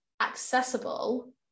accessible